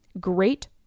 great